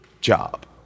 job